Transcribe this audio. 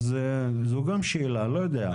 זו גם שאלה, אני לא יודע.